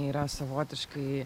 yra savotiškai